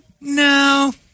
No